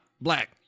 black